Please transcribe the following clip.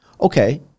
okay